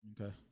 Okay